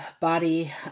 body